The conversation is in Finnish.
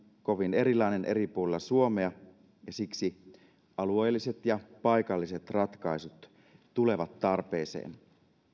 kovin erilainen eri puolilla suomea ja siksi alueelliset ja paikalliset ratkaisut tulevat tarpeeseen